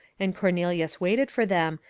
and cornelius waited for them,